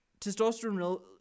testosterone